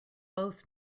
both